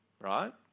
right